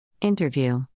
Interview